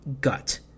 gut